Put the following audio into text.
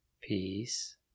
Peace